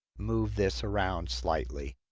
move this around slightly